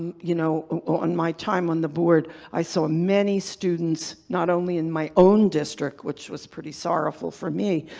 and you know, in my time on the board i saw many students, not only in my own district, which was pretty sorrowful for me,